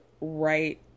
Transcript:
right